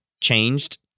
changed